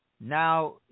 now